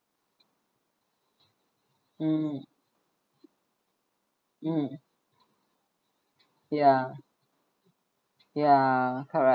mm mm ya ya correct